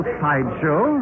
sideshow